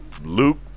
Luke